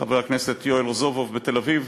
חבר הכנסת יואל רזבוזוב, בתל-אביב,